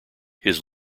his